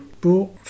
pour